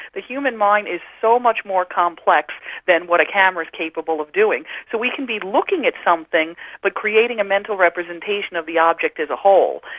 the human mind is so much more complex than what a camera is capable of doing. so we can be looking at something but creating a mental representation of the object as a whole,